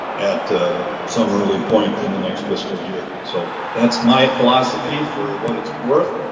at some early point in the next fiscal year. so that's my philosophy for what it's worth.